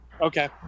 Okay